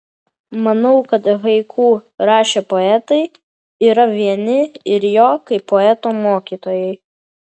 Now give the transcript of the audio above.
manau kad haiku rašę poetai yra vieni ir jo kaip poeto mokytojai